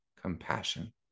compassion